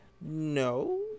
no